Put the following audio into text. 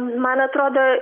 man atrodo